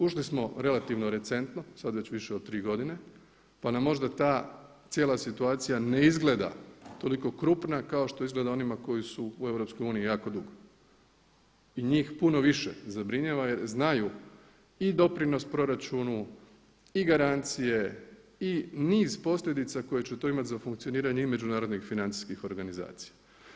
Ušli smo relativno recentno, sada već više od 3 godine pa nam možda ta cijela situacija ne izgleda toliko krupna kao što izgleda onima koji su u Europskoj uniji jako dugo i njih puno više zabrinjava jer znaju i doprinos proračunu i garancije i niz posljedica koje će to imati za funkcioniranje i međunarodnih financijskih organizacija.